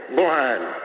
blind